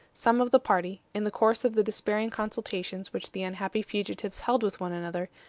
some of the party, in the course of the despairing consultations which the unhappy fugitives held with one another,